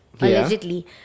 Allegedly